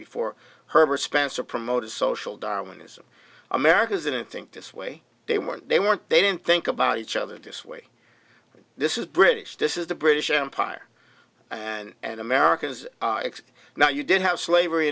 before herbert spencer promoted social darwinism americas in and think this way they weren't they weren't they didn't think about each other this way this is british this is the british empire and america's except now you did have slavery